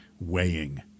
weighing